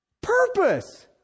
purpose